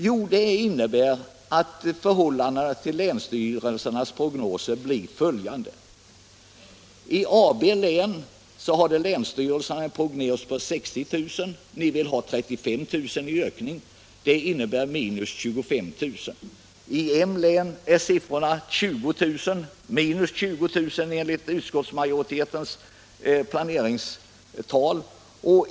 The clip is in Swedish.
Jo, det innebär att förhållandena till länsstyrelsernas prognoser blir följande. I AB län hade länsstyrelserna en prognos på en ökning med 60 000. Ni vill ha en ökning på 35 000, alltså en differens på 25 000. I M län är länsstyrelsens prognos 20 000, och det minskas i utskottsmajoritetens planeringstal med 20 000.